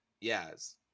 Yes